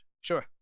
Sure